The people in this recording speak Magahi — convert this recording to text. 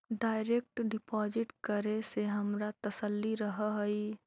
डायरेक्ट डिपॉजिट करे से हमारा तसल्ली रहअ हई